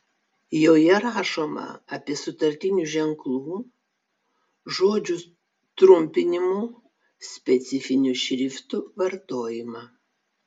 joje rašoma apie sutartinių ženklų žodžių trumpinimų specifinių šriftų vartojimą